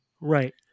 Right